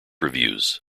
reviews